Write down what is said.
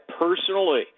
personally